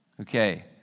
Okay